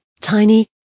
tiny